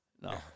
no